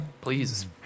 Please